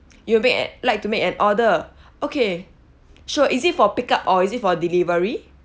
you will be at like to make an order okay sure is it for pick up or is it for delivery